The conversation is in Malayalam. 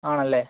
ആണല്ലേ